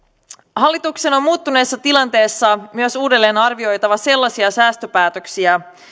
hallituksen on muuttuneessa tilanteessa myös uudelleenarvioitava sellaisia säästöpäätöksiä